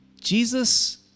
Jesus